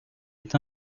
est